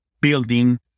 building